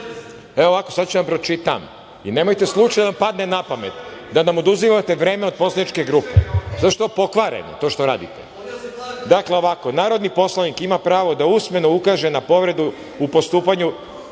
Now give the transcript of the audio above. članu 103? Sad ću da vam pročitam i nemojte slučajno da vam padne na pamet da nam oduzimate vreme od poslaničke grupe. To je pokvareno, to što radite. Dakle, ovako: „Narodni poslanik ima pravo da usmeno ukaže na povredu u postupanju